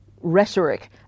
rhetoric